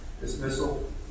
dismissal